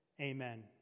Amen